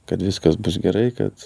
kad viskas bus gerai kad